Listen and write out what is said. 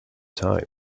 time